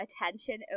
attention